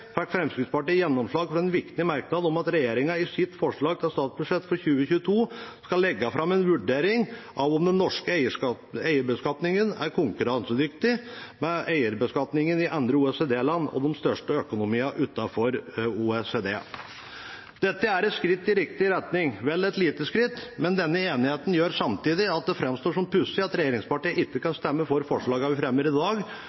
Fremskrittspartiet fått gjennomslag for en viktig merknad om at regjeringen i sitt forslag til statsbudsjett for 2022 skal legge fram en vurdering av om den norske eierbeskatningen er konkurransedyktig med eierbeskatningen i andre OECD-land og de største økonomiene utenfor OECD. Dette er et skritt i riktig retning. Det er et lite skritt, men denne enigheten gjør samtidig at det framstår som pussig at regjeringspartiene ikke kan stemme for forslagene vi fremmer i dag.